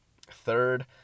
Third